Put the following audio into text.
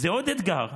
זה עוד אתגר,